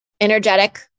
Energetic